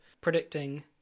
predicting